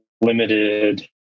limited